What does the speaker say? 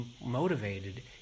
motivated